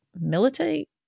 militate